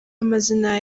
amazina